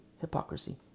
hypocrisy